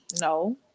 No